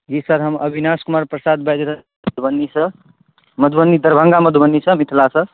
जी sir हम अविनाश कुमार प्रसाद बाजि रहल मधुबनीसँ मधुबनी दरभङ्गा मधुबनीसँ मिथिलासँ